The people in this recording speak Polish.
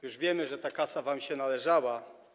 Już wiemy, że ta kasa wam się należała.